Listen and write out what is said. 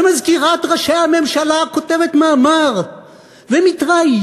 ומזכירת ראשי הממשלה כותבת מאמר ומתראיינת,